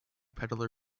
peddler